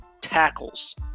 tackles